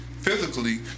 physically